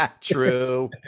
True